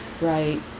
Right